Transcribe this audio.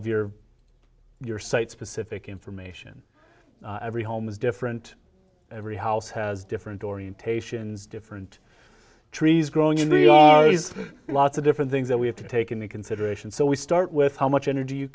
of your your site specific information every home is different every house has different orientations different trees growing in the days lots of different things that we have to take into consideration so we start with how much energy you